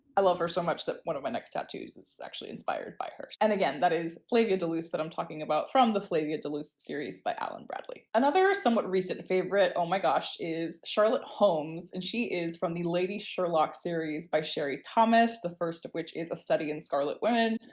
i love her so much that one of my next tattoos is actually inspired by her. and again that is flavia de luce that i'm talking about from the flavia de luce series by alan bradley. another somewhat recent favorite, oh my gosh, is charlotte holmes and she is from the lady sherlock series by sherry thomas, the first of which is a study in scarlet women.